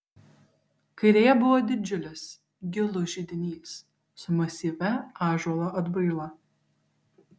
kairėje buvo didžiulis gilus židinys su masyvia ąžuolo atbraila